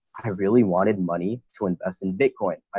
i really wanted money to invest in bitcoin. i